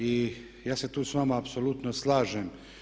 I ja se tu s vama apsolutno slažem.